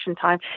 time